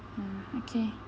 uh okay